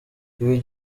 ibi